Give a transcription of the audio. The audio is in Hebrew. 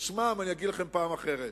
את שמם אני אגיד לכם בפעם אחרת.